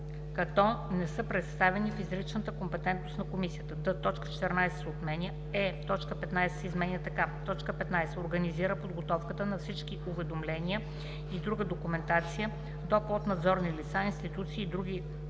„които не са предоставени в изричната компетентност на комисията“; д) точка 14 се отменя; е) точка 15 се изменя така: „15. организира подготовката на всички уведомления и друга документация до поднадзорни лица, институции и до други